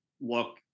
look